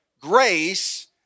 grace